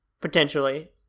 Potentially